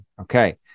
Okay